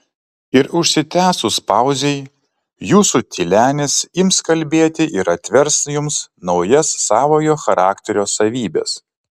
ir užsitęsus pauzei jūsų tylenis ims kalbėti ir atvers jums naujas savojo charakterio savybes